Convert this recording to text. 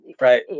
Right